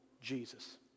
Jesus